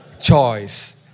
Choice